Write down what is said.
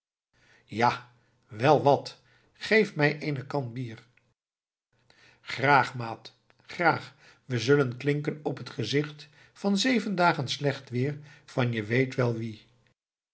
ja wel wat geef mij eene kan bier graag maat graag we zullen klinken op het gezicht van zeven dagen slecht weer van je weet wel wien